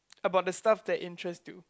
about the stuff that interest you